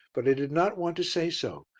but i did not want to say so,